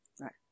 Right